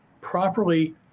properly